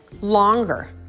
longer